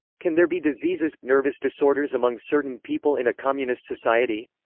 can there be diseases, nervous disorders among certain people in a communist society?